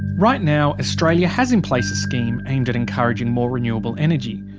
right now, australia has in place a scheme aimed at encouraging more renewable energy.